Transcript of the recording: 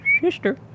sister